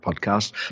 podcast